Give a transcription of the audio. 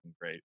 great